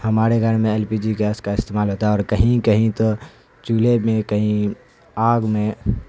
ہمارے گھر میں ایل پی جی گیس کا استعمال ہوتا ہے اور کہیں کہیں تو چولہے میں کہیں آگ میں